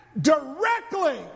directly